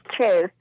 true